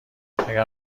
اگر